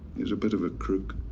he's a bit of a crook,